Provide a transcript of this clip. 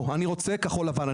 לא, אני רוצה כחול לבן.